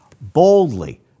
boldly